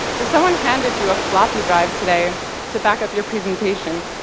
if someone handed you a floppy drive today to back up your presentation,